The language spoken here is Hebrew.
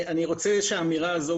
אני רוצה שהאמירה הזו,